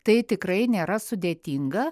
tai tikrai nėra sudėtinga